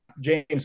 James